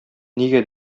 нигә